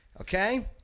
Okay